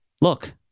look